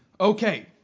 Okay